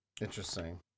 Interesting